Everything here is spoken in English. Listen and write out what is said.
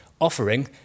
offering